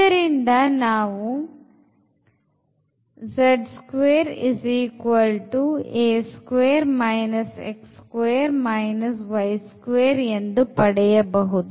ಇದರಿಂದ ನಾವು z2 ಎಂದು ಪಡೆಯಬಹುದು